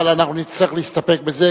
אבל אנחנו נצטרך להסתפק בזה,